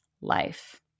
life